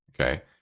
Okay